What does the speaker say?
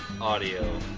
audio